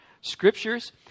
scriptures